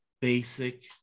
basic